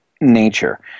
nature